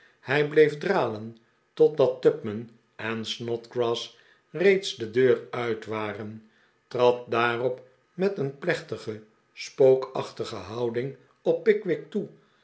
hij bleef dralen totdat tupman en snodgrass reeds de deur uit waren trad daarop met een plechtige spookachtige houding op pickwick toe